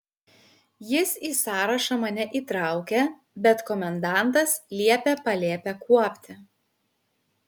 jis į sąrašą mane įtraukė bet komendantas liepė palėpę kuopti